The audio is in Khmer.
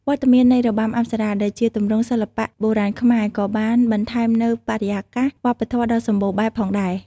វត្តមាននៃរបាំអប្សរា ដែលជាទម្រង់សិល្បៈបុរាណខ្មែរ ក៏បានបន្ថែមនូវបរិយាកាសវប្បធម៌ដ៏សម្បូរបែបផងដែរ។